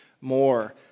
more